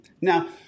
Now